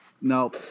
No